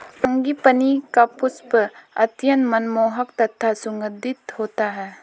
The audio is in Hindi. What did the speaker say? फ्रांगीपनी का पुष्प अत्यंत मनमोहक तथा सुगंधित होता है